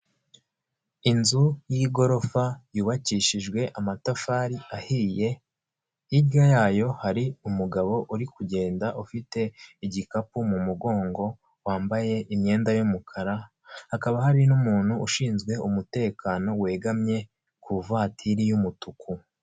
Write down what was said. Inzu y'igorofa yubakishijwe amatafari ahiye; hirya yayo hari umugabo uri kugenda ufite igikapu mu mugongo wambaye imyenda y'umukara; hakaba hari n'umuntu ushinzwe umutekano wegamye ku ivatiri y'umutuku.